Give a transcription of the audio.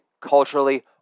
culturally